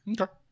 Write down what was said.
Okay